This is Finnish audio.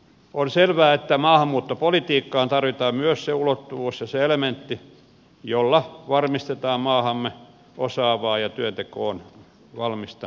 on selvää että maahanmuuttopolitiikkaan tarvitaan myös se ulottuvuus ja se elementti jolla varmistetaan maahamme osaavaa ja työntekoon valmista työntekijäkuntaa